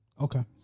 Okay